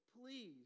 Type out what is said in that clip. please